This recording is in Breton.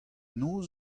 noz